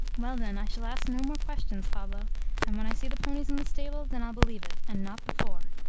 well, then, i shall ask no more questions, pablo and when i see the ponies in the stable, then i'll believe it, and not before.